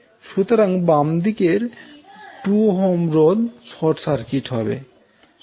সুতরাং বাম দিকের 2Ω রোধ শর্ট সার্কিট হবে